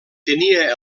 tenia